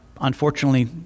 unfortunately